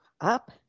up